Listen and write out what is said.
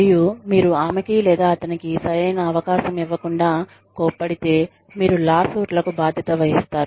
మరియు మీరు ఆమెకి లేదా అతనికి సరైన అవకాశం ఇవ్వకుండా కొప్పడితే మీరు లా సూట్లకు బాధ్యత వహిస్తారు